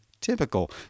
typical